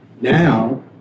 Now